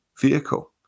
vehicle